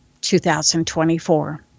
2024